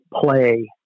play